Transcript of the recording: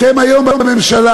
אתם היום בממשלה,